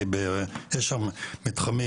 כי יש שם מתחמים,